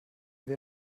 wir